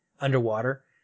underwater